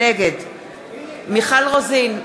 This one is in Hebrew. נגד מיכל רוזין,